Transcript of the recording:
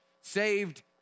saved